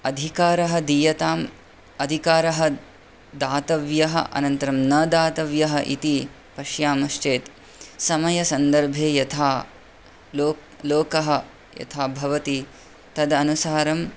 अधिकारः दीयतां अधिकारः दात्तव्यः अनन्तरं न दात्तव्यः इति पश्यामश्चेत् समयसन्दर्भे यथा लोक् लोकः यथा भवति तदनुसारम्